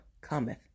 cometh